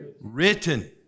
Written